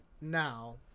Now